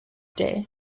day